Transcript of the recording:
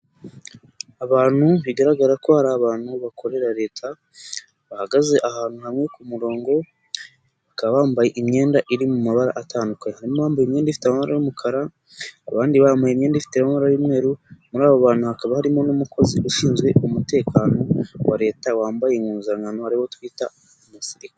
Abantu bigaragara ko ari abantu bakorera Leta, bahagaze ahantu hamwe ku murongo, bakaba bambaye imyenda iri mu mabara atandukanye, harimo abambaye imyenda ifite amabara y'umukara, abandi bambaye imyenda ifite imabara y'umweru, muri abo bantu hakaba harimo n'umukozi ushinzwe umutekano wa Leta wambaye impuzankano, ari we twita umusirikare.